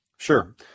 Sure